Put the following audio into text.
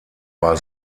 war